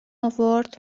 آورد